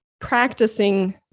practicing